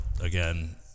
again